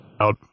out